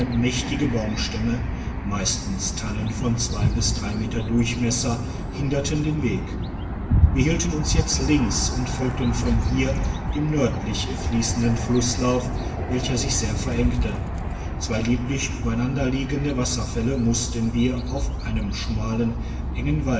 mächtige baumstämme meistens tannen von zwei bis drei meter durchmesser hinderten den weg wir hielten uns jetzt links und folgten von hier dem nördlich fliessenden flusslauf welcher sich sehr verengte zwei lieblich übereinanderliegende wasserfälle mussten wir auf einem schmalen engen